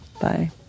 Bye